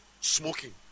smoking